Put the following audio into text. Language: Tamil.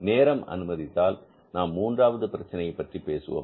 நேரம் அனுமதித்தால் நாம் மூன்றாவது பிரச்சனையை பற்றி பேசுவோம்